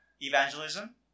evangelism